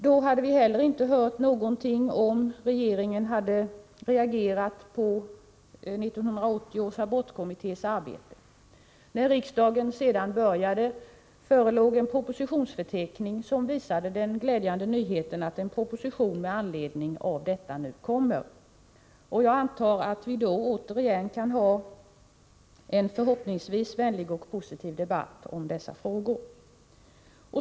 Då hade vi heller inte hört någonting om huruvida regeringen hade reagerat på 1980 års abortkommittés arbete. När riksdagen sedan började förelåg en propositionsförteckning som visade den glädjande nyheten att en proposition med anledning av det nu kommer. Jag antar att vi då återigen kan ha en förhoppningsvis vänlig och positiv debatt om dessa frågor.